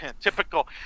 typical